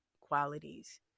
qualities